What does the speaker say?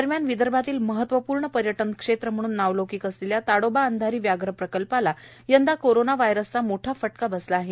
दरम्यान विदर्भातील महत्वपूर्ण पर्यटन क्षेत्र म्हणून नावलौंकिक आलेल्या ताडोबा अंधारी व्याघ्र प्रकल्पास यंदा कोरोना व्हायरसचा मोठा फटका बसला आहेत